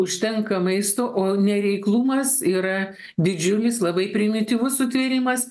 užtenka maisto o nereiklumas yra didžiulis labai primityvus sutvėrimas